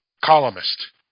columnist